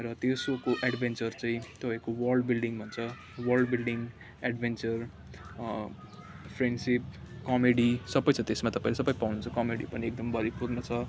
र त्यो सोको एडभेन्चर चाहिँ तपाईँको वर्ल्ड बिल्डिङ भन्छ world building adventure friendship comedy सबै छ त्यसमा तपाईँले सबै पाउनुहुन्छ कमेडी पनि एकदम भरिपूर्ण छ